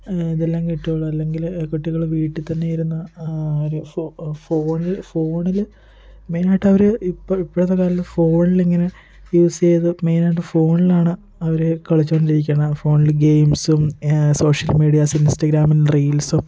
ഇതെല്ലാം കിട്ടുകയുള്ളു അല്ലെങ്കില് കുട്ടികള് വീട്ടിൽ തന്നെ ഇരുന്നാൽ അവര് ഫോണില് ഫോണില് മെയ്നായിട്ടവര് ഇപ്പോഴ് ഇപ്പഴത്തെ കാലത്ത് ഫോണിലിങ്ങനെ യൂസ് ചെയ്ത് മെയ്നായിട്ട് ഫോണിലാണ് അവര് കളിച്ചുകൊണ്ടിരിക്കണത് ഫോണില് ഗെയിംസും സോഷ്യൽ മീഡിയാസിൽ ഇൻസ്റ്റാഗ്രാമിൽ റീൽസും